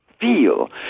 feel